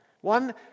One